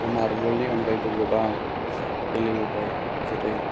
ओमफ्राय मार्बलनि अनगायैबो गोबां गेलेबोबाय जेरै